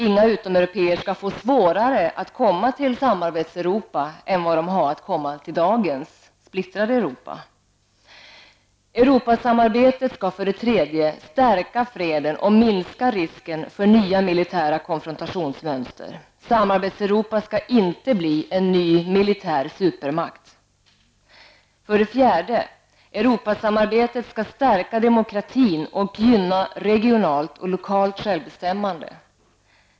Inga utomeuropéer skall få svårare att komma till Samarbets-Europa än de har att komma till dagens splittrade Europa. 3. Europasamarbetet skall stärka freden och minska risken för nya militära konfrontationsmönster. Samarbets-Europa skall inte bli en ny militär supermakt. 4. Europasamarbetet skall stärka demokratin och gynna regionalt och lokalt självbestämmande.